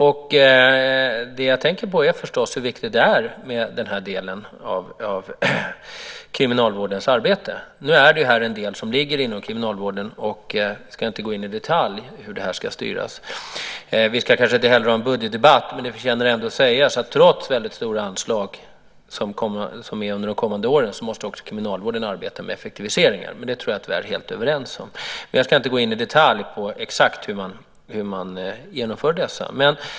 Det som jag tänker på är förstås hur viktigt det är med den här delen av kriminalvårdens arbete. Nu är det här en del som ligger inom kriminalvården, och jag ska inte gå in i detalj på hur det ska styras. Vi ska inte heller ha en budgetdebatt. Men det förtjänar ändå att sägas att trots väldigt stora anslag under de kommande åren måste också kriminalvården arbeta med effektiviseringar. Men det tror jag att vi är helt överens om. Men jag ska inte gå in i detalj på hur man genomför dessa.